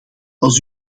als